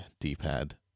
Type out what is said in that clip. D-pad